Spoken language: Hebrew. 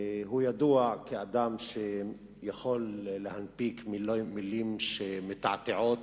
ידוע כאדם שיכול להנפיק מלים שמתעתעות,